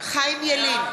חיים ילין,